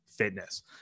fitness